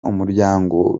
umuryango